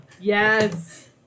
Yes